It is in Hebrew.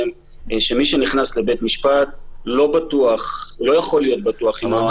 שמי שנכנס לבית משפט לא יכול להיות בטוח איך הוא ייצא.